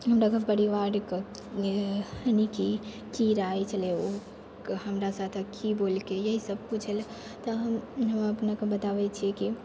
हमरा परिवारके यानी कि की राय छलै ओ हमरा साथे की बोललकै इएह सब पूछैलए तऽ हम अपनाके बताबै छी की